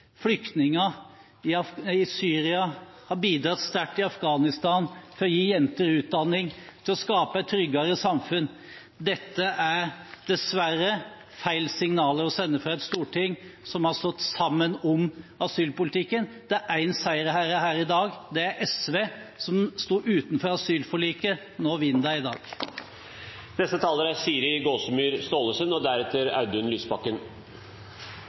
flyktninger i Syria, og som har bidratt sterkt i Afghanistan til å gi jenter utdanning og skape et tryggere samfunn. Dette er dessverre feil signaler å sende fra et storting som har stått sammen om asylpolitikken. Det er én seierherre her i dag, og det er SV, som sto utenfor asylforliket – i dag